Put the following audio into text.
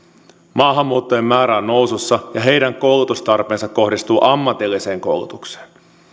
maahanmuuttajien määrä on nousussa ja heidän koulutustarpeensa kohdistuu ammatilliseen koulutukseen